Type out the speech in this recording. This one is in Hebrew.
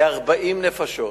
כ-40 נפשות.